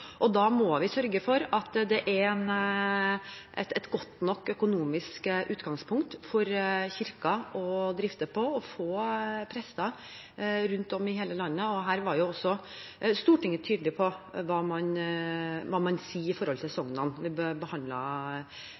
Da må vi sørge for at det er et godt nok økonomisk utgangspunkt for Kirken å drifte på og få prester rundt om i hele landet. Her var også Stortinget tydelig på hva man sier i forhold til sognene, da vi